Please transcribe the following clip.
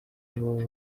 baba